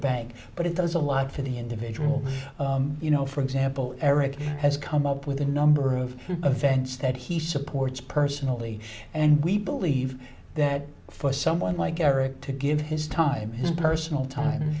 bank but it does a lot for the individual you know for example eric has come up with a number of events that he supports personally and we believe that for someone like eric to give his time personal time